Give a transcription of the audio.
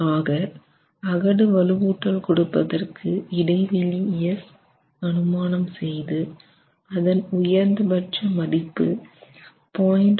ஆக அகடு வலுவூட்டல் கொடுப்பதற்கு இடைவெளி s அனுமானம் செய்து அதன் உயர்ந்தபட்ச மதிப்பு 0